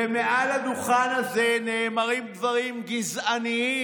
ומעל הדוכן הזה נאמרים דברים גזעניים,